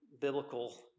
biblical